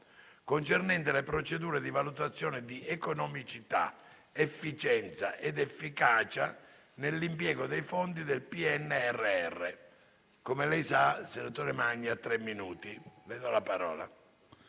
finestra") sulle procedure di valutazione di economicità, efficienza ed efficacia nell'impiego dei fondi del PNRR,